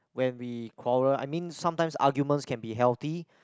when we quarrel I mean sometimes arguments can be healthy